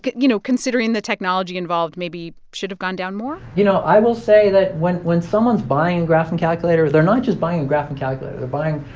but you know, considering the technology involved, maybe should've gone down more you know, i will say that when when someone's buying a graphing calculator, they're not just buying a graphing calculator. they're buying,